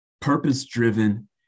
purpose-driven